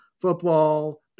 football